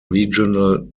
regional